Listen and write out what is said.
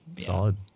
solid